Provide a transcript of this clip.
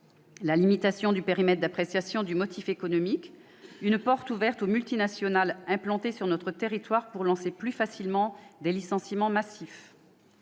la limitation du périmètre d'appréciation du motif économique, qui permettra aux multinationales implantées sur notre territoire de procéder plus facilement à des licenciements massifs,